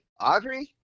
Audrey